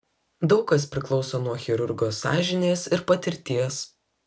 daug kas priklauso nuo chirurgo sąžinės ir patirties